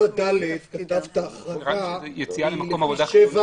ב-37(ד) כתבת החרגה מ-7,